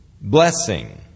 blessing